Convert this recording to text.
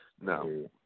no